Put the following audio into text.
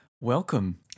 Welcome